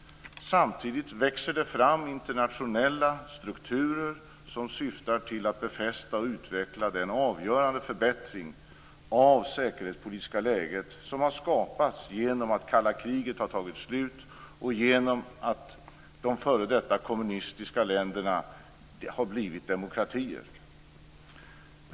Samtidigt växer det fram internationella strukturer som syftar till att befästa och utveckla den avgörande förbättring av det säkerhetspolitiska läget som har skapats genom att det kalla kriget har tagit slut och de f.d. kommunistiska länderna har blivit demokratier.